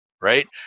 right